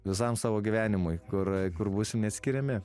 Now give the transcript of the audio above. visam savo gyvenimui kur kur būsim neatskiriami